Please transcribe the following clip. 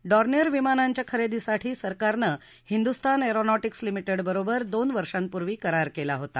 Dornier विमानांच्या खरेदीसाठी सरकारनं हिंदुस्तान एयरोनॉटिक्स लिमिटेडबरोबर दोन वर्षांपुर्वी करार केला होता